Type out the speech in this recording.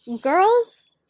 Girls